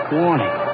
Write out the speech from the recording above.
warning